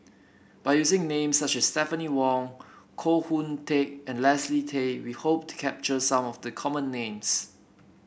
by using names such as Stephanie Wong Koh Hoon Teck and Leslie Tay we hope to capture some of the common names